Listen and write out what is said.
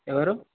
ఎవరు